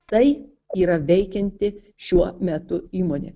tai yra veikianti šiuo metu įmonė